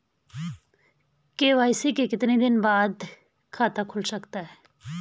KYC के कितने दिन बाद खाता खुल सकता है?